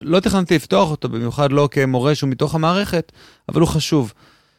לא תכננתי לפתוח אותו במיוחד לא כמורש ומתוך המערכת, אבל הוא חשוב.